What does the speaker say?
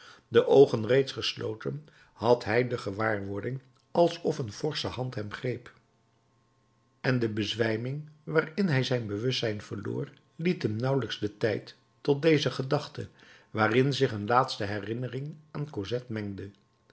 de oogen reeds gesloten had hij de gewaarwording alsof een forsche hand hem greep en de bezwijming waarin hij zijn bewustzijn verloor liet hem nauwelijks den tijd tot deze gedachte waarin zich een laatste herinnering aan cosette mengde